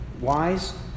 wise